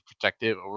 protective